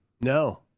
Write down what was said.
No